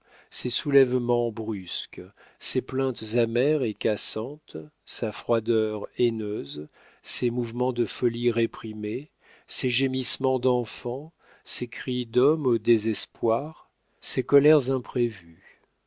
ses soulèvements brusques ses plaintes amères et cassantes sa froideur haineuse ses mouvements de folie réprimés ses gémissements d'enfant ses cris d'homme au désespoir ses colères imprévues